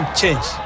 change